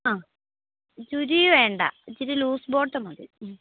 ആ ചുരി വേണ്ട ഇച്ചിരി ലൂസ് ബോട്ടം മതി ഹമ്